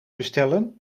bestellen